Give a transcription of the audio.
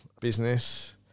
business